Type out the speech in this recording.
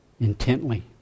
intently